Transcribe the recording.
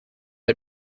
him